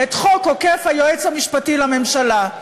את חוק עוקף היועץ המשפטי לממשלה.